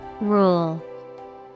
Rule